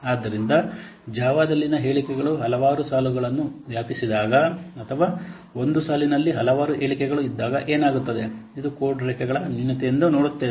ಆದ್ದರಿಂದ ಜಾವಾದಲ್ಲಿನ ಹೇಳಿಕೆಗಳು ಹಲವಾರು ಸಾಲುಗಳನ್ನು ವ್ಯಾಪಿಸಿದಾಗ ಅಥವಾ ಒಂದು ಸಾಲಿನಲ್ಲಿ ಹಲವಾರು ಹೇಳಿಕೆಗಳು ಇದ್ದಾಗ ಏನಾಗುತ್ತದೆ ಇದು ಕೋಡ್ ರೇಖೆಗಳ ನ್ಯೂನತೆಯೆಂದು ನೋಡುತ್ತೇವೆ